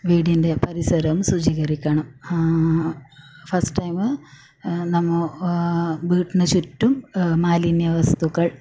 വീടിൻ്റെ പരിസരം ശുചീകരിക്കണം ഫസ്റ്റ് ടൈമ് നമ്മൾ വീടിന് ചുറ്റും മാലിന്യ വസ്തുക്കൾ